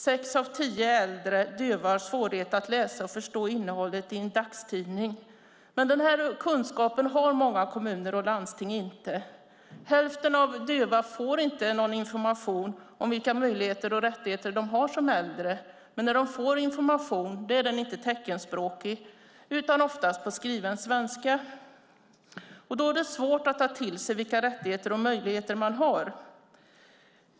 Sex av tio äldre döva har svårighet att läsa och förstå innehållet i en dagstidning. Den här kunskapen har inte många kommuner och landsting. Hälften av de döva får inte information om vilka möjligheter och rättigheter de har som äldre. När de får information är den inte teckenspråkig utan oftast på skriven svenska. Då är det svårt att ta till sig vilka rättigheter och möjligheter man har.